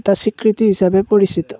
এটা স্বীকৃতি হিচাপে পৰিচিত